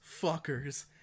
fuckers